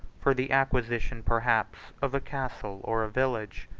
for the acquisition perhaps of a castle or a village.